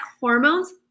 hormones